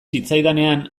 zitzaidanean